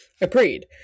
agreed